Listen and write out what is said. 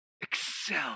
Excel